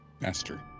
master